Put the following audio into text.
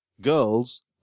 girls